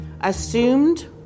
assumed